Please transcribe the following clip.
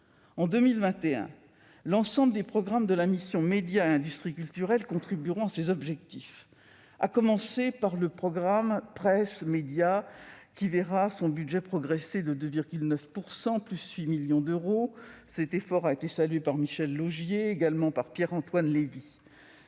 En 2021, l'ensemble des programmes de la mission « Médias, livre et industries culturelles » contribueront à ces objectifs, à commencer par le programme « Presse et médias », qui verra son budget progresser de 2,9 %, soit 8 millions d'euros. Cet effort a été salué par Michel Laugier, mais également par Pierre-Antoine Levi.